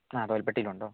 ആ തോൽപ്പട്ടിയിലുണ്ടോ